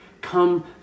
come